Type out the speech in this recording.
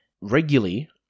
Regularly